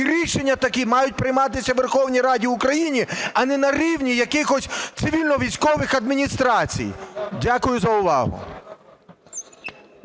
і рішення такі мають прийматися в Верховній Раді України, а не на рівні якихось цивільно-військових адміністрацій. Дякую за увагу.